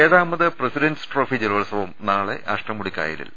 ഏഴാമത് president's trophy ജലോത്സവം നാളെ അഷ്ടമുടി ക്കായലിൽ